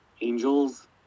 angels